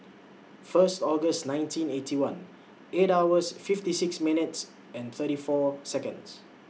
First August nineteen Eighty One eight hours fifty six minutes and thirty four Seconds